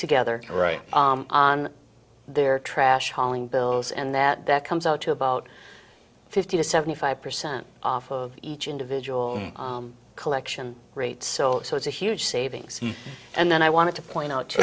together right on their trash hauling bills and that comes out to about fifty to seventy five percent off of each individual collection rate so it's a huge savings and then i want to point out to